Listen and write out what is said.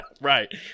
Right